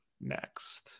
next